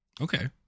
okay